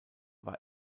war